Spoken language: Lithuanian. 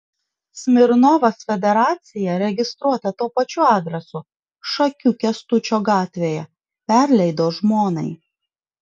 smirnovas federaciją registruotą tuo pačiu adresu šakių kęstučio gatvėje perleido žmonai